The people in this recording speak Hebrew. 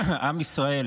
עם ישראל